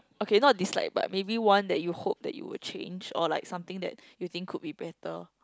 okay not dislike but maybe one that you hope that you will change or like something that you think could be better